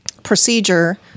procedure